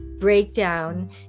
breakdown